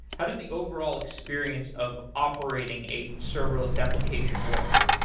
how does the overall experience of operating a serverless application work?